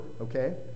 okay